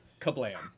Kablam